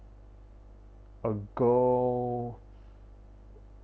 a girl